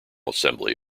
assembly